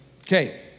Okay